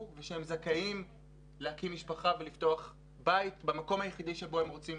ושזכאים להקים משפחה ולפתוח בית במקום היחידי שבו הם רוצים